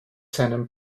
seinem